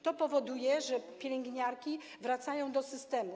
To powoduje, że pielęgniarki wracają do systemu.